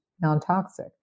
non-toxic